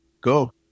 go